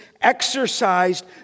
exercised